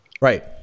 Right